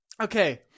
Okay